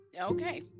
okay